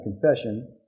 confession